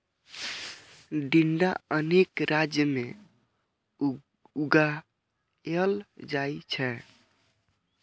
टिंडा अनेक राज्य मे उगाएल जाइ छै